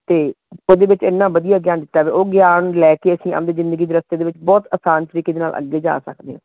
ਅਤੇ ਉਹਦੇ ਵਿੱਚ ਇੰਨਾ ਵਧੀਆ ਗਿਆਨ ਦਿੱਤਾ ਵਾ ਉਹ ਗਿਆਨ ਲੈ ਕੇ ਅਸੀਂ ਆਪਣੀ ਜ਼ਿੰਦਗੀ ਦੇ ਰਸਤੇ ਦੇ ਵਿੱਚ ਬਹੁਤ ਅਸਾਨ ਤਰੀਕੇ ਦੇ ਨਾਲ ਅੱਗੇ ਜਾ ਸਕਦੇ ਹਾਂ